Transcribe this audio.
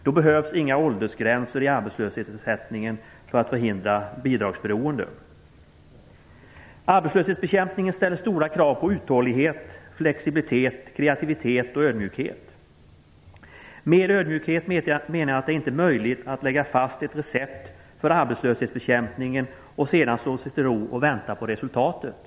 Då behövs inga åldersgränser i arbetslöshetsersättningen för att förhindra bidragsberoende. Arbetslöshetsbekämpningen ställer stora krav på uthållighet, flexibilitet kreativitet och ödmjukhet. Med ödmjukhet menar jag här att det inte är möjligt att lägga fast ett recept för arbetslöshetsbekämpningen och sedan slå sig till ro och vänta på resultatet.